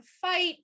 fight